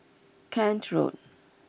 Kent Road